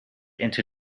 into